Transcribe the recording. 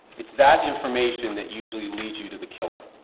it's that information that usually leads you to the killer.